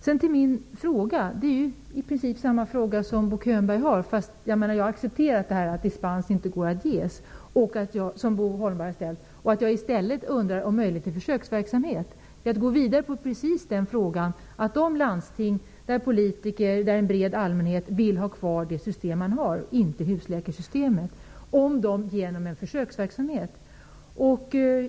Så till min fråga. Det är i princip samma fråga som Bo Holmberg har. Jag accepterar dock att dispens inte går att ges. Jag undrar i stället om det är möjligt med försöksverksamhet. Kan man ha försöksverksamhet i ett landsting där politiker och en stor majoritet av allmänheten vill ha kvar det system man har i stället för att införa ett husläkarsystem?